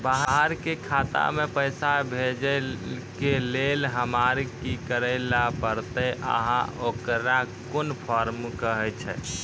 बाहर के खाता मे पैसा भेजै के लेल हमरा की करै ला परतै आ ओकरा कुन फॉर्म कहैय छै?